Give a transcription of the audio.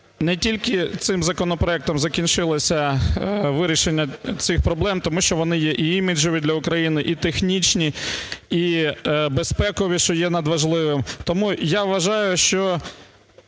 не тільки цим законопроектом закінчилося вирішення цих проблем, тому що вони є і іміджеві для України, і технічні, і безпекові, що є надважливим. Тому я вважаю, що